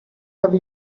have